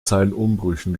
zeilenumbrüchen